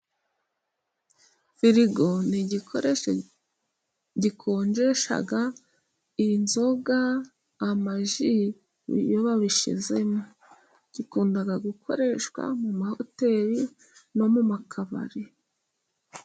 Firigo ni igikoresho gikonjesha inzoga, amaji ,iyo babishyizemo. Gikunda gukoreshwa mu mahoteri no mu ma kabari.